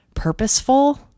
purposeful